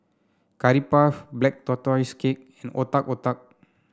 Curry Puff Black Tortoise Cake and Otak Otak